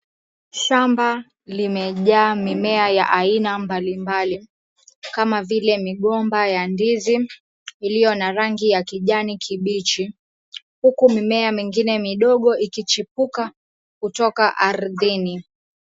Shamba limejaa mimea ya aina mbali mbali, kama vile migomba ya ndizi iliyona rangi ya kijani kibichi, huku mimea midogo ikichipuka kutoka ardhini.